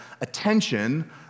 attention